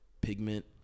pigment